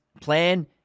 plan